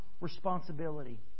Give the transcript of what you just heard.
responsibility